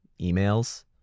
emails